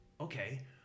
okay